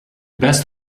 best